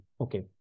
Okay